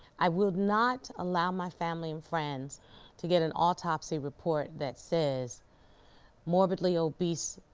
i would not allow my family and friends to get an autopsy report that says morbidly obese,